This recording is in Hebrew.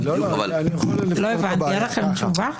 לא הבנתי, אין לכם תשובה?